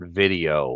video